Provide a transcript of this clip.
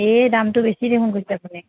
এই দামটো বেছি দেখোন কৈছে আপুনি